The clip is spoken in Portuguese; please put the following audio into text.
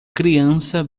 criança